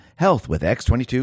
healthwithx22